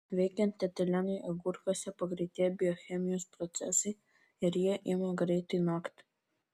veikiant etilenui agurkuose pagreitėja biochemijos procesai ir jie ima greitai nokti